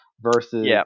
versus